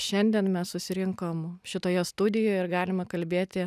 šiandien mes susirinkom šitoje studijoje ir galima kalbėti